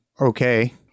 okay